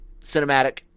cinematic –